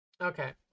Okay